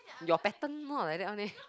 your pattern not like that one leh